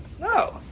no